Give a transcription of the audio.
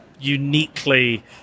uniquely